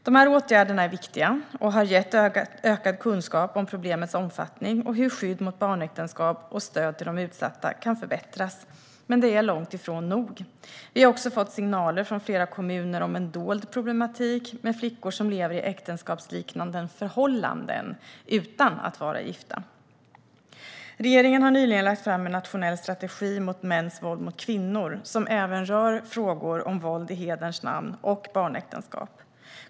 De åtgärderna är viktiga och har gett ökad kunskap om problemets omfattning och hur skydd mot barnäktenskap och stöd till de utsatta kan förbättras. Men det är långt ifrån nog. Vi har också fått signaler från flera kommuner om en dold problematik med flickor som lever i äktenskapsliknande förhållanden utan att vara gifta. Regeringen har nyligen lagt fram en nationell strategi mot mäns våld mot kvinnor, som även rör frågor om våld i hederns namn och barnäktenskap.